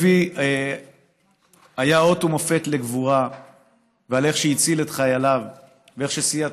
לוי הוא אות ומופת לגבורה על איך שהציל את חייליו ואיך שסייע,